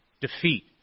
defeat